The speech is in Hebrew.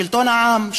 שלטון העם,